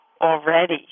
already